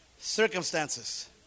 Circumstances